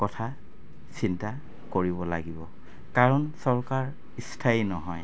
কথা চিন্তা কৰিব লাগিব কাৰণ চৰকাৰ স্থায়ী নহয়